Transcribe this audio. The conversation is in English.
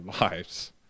lives